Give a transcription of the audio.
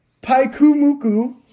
Paikumuku